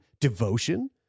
devotion